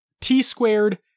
T-Squared